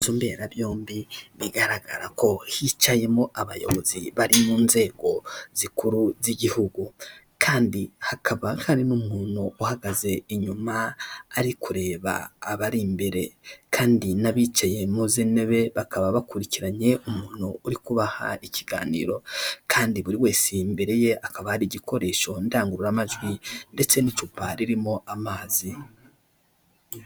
Inzu mberabyombi bigaragarako hicayemo abayobozi bari mu nzego zikuru z'igihugu, kandi hakaba hari n'umuntu uhagaze inyuma ari kureba abari imbere kandi n'abicaye muri izi ntebe bakaba bakurikiranye umuntu uri kubaha ikiganiro, kandi buri wese imbere ye hakaba hari igikoresho ndangururamajwi ndetse n'icupa ririmo amazi.